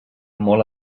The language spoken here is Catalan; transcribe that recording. molt